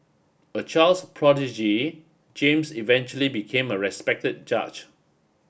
a child's prodigy James eventually became a respected judge